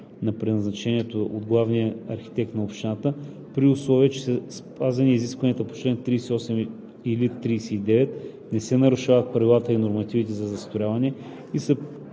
на предназначението от главния архитект на общината, при условие че са спазени изискванията на чл. 38 или 39, не се нарушават правилата и нормативите за застрояване и са